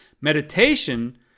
Meditation